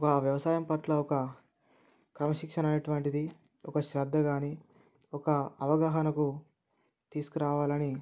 ఒక వ్యవసాయం పట్ల ఒక క్రమశిక్షణ అనేటువంటిది ఒక శ్రద్ధ గానీ ఒక అవగాహనకు తీసుకురావాలని